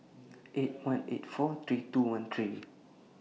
eight one eight four three two one three